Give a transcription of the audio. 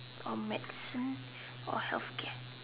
or medicine or healthcare